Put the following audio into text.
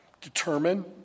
determine